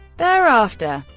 thereafter,